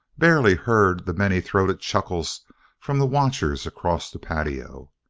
barely heard the many-throated chuckle from the watchers across the patio.